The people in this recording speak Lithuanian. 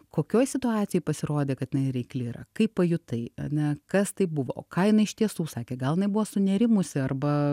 kokioj situacijoj pasirodė kad jinai reikli yra kaip pajutai ane kas tai buvo o ką jinai iš tiesų sakė gal jinai buvo sunerimusi arba